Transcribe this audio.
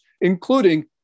including